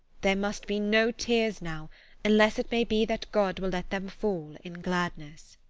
there must be no tears now unless it may be that god will let them fall in gladness.